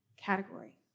category